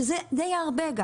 שזה די הרבה.